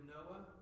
Noah